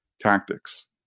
tactics